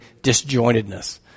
disjointedness